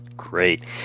Great